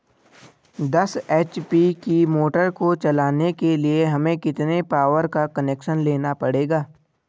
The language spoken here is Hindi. दस एच.पी की मोटर को चलाने के लिए हमें कितने पावर का कनेक्शन लेना पड़ेगा?